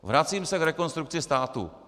Vracím se k Rekonstrukci státu.